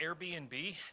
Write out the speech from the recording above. Airbnb